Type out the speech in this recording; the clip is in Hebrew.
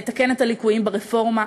לתקן את הליקויים ברפורמה.